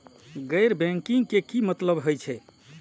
गैर बैंकिंग के की मतलब हे छे?